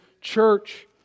church